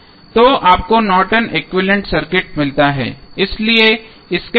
तो आपको Norton equivalent circuit Nortons equivalent circuit मिलता है